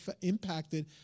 impacted